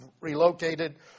relocated